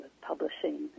publishing